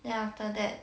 then after that